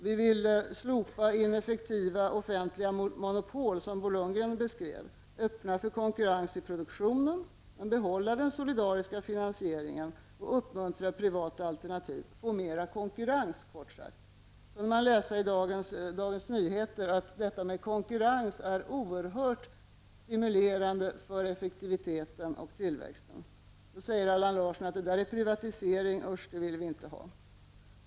Vi vill slopa ineffektiva offentliga monopol, som Bo Lundgren beskrev, öppna för konkurrens i produktionen, men behålla den solidariska finansieringen och uppmuntra privata alternativ. Vi vill få mer konkurrens. I Dagens Nyheter i dag kunde man läsa att konkurrens är oerhört stimulerande för effektiviteten och tillväxten. Då säger Allan Larsson: Detta är privatisering; usch, det vill vi inte ha.